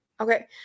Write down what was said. okay